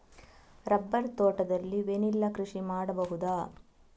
Rubber ತೋಟದಲ್ಲಿ vanilla ಕೃಷಿ ಮಾಡಬಹುದಾ?